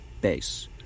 base